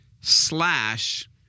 slash